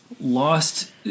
lost